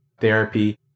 therapy